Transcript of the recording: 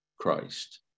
christ